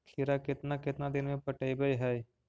खिरा केतना केतना दिन में पटैबए है?